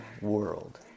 world